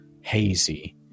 hazy